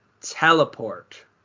teleport